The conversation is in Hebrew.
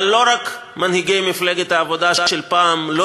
אבל לא רק מנהיגי מפלגת העבודה של פעם לא